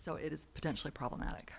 so it is potentially problematic